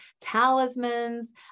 talismans